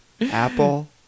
Apple